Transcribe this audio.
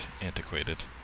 antiquated